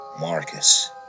Marcus